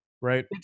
Right